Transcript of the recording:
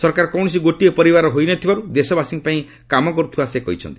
ସରକାର କୌଣସି ଗୋଟିଏ ପରିବାରର ହୋଇନଥିବାରୁ ଦେଶବାସୀଙ୍କ ପାଇଁ କାମ କରୁଥିବା ସେ କହିଛନ୍ତି